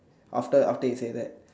after after he say that